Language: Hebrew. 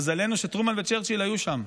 מזלנו שטרומן וצ'רצ'יל היו שם.